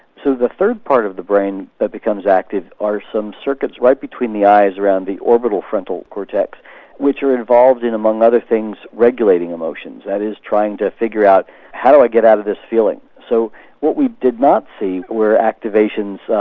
so the third part of the brain that becomes active are some circuits right between the eyes around the orbital frontal cortex which are involved among other things in regulating emotions. that is trying to figure out how do i get out of this feeling. so what we did not see were activations,